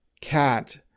cat